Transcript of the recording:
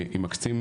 אם מקצים